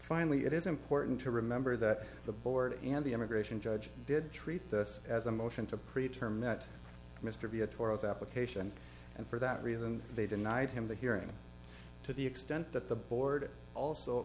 finally it is important to remember that the board and the immigration judge did treat this as a motion to pre term that mr b a tour of the application and for that reason they denied him the hearing to the extent that the board also